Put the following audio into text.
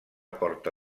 porta